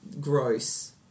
gross